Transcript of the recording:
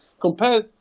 Compared